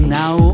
now